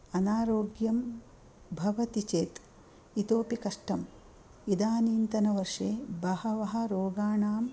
अनारोग्यं भवति चेत् इतोपि कष्टं इदानीन्तनवर्षे बहवः रोगाणां